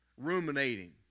ruminating